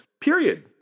period